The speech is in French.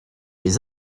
les